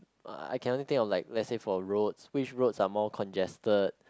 uh I can only think of like let's say for roads which roads are more congested